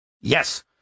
Yes